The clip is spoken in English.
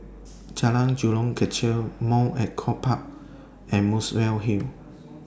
Jalan Jurong Kechil Mount Echo Park and Muswell Hill